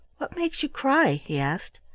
what makes you cry? he asked.